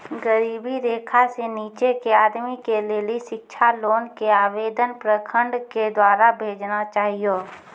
गरीबी रेखा से नीचे के आदमी के लेली शिक्षा लोन के आवेदन प्रखंड के द्वारा भेजना चाहियौ?